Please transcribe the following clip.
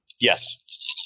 Yes